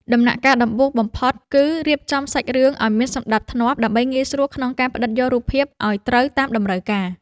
ដំណាក់កាលដំបូងបំផុតគឺរៀបចំសាច់រឿងឱ្យមានសណ្ដាប់ធ្នាប់ដើម្បីងាយស្រួលក្នុងការផ្ដិតយករូបភាពឱ្យត្រូវតាមតម្រូវការ។